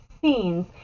scenes